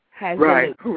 Right